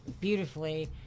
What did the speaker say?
beautifully